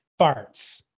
farts